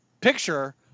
picture